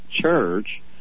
church